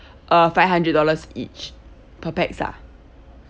uh five hundred dollars each per pax ah